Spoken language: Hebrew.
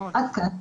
עד כאן.